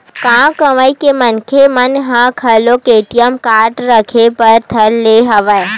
गाँव गंवई के मनखे मन ह घलोक ए.टी.एम कारड रखे बर धर ले हवय